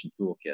toolkit